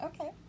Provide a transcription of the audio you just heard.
Okay